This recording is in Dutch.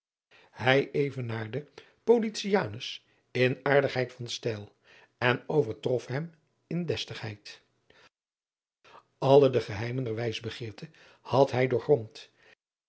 ij evenaarde in aardigheid van stijl en overtrof hem in destigheid lle de geheimen der wijsbegeerte had hij doorgrond